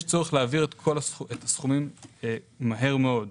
יש צורך להעביר את הסכומים מהר מאוד,